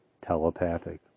telepathic